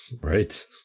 right